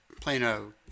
Plano